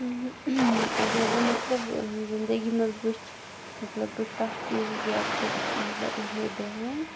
اگر بہٕ مطلب زِندگی منٛز وٕچھِ مطلب بہٕ کَتھ چیٖزَس زیادٕ چھَس مطلب اہمیت دِوان